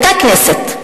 אותה כנסת,